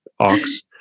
ox